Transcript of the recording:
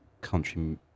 country